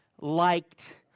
liked